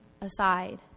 aside